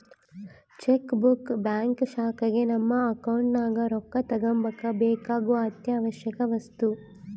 check book bank ಶಾಖೆಗ ನಮ್ಮ account ನಗ ರೊಕ್ಕ ತಗಂಬಕ ಬೇಕಾಗೊ ಅತ್ಯಾವಶ್ಯವಕ ವಸ್ತು